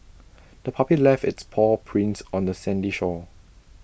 the puppy left its paw prints on the sandy shore